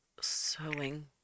sewing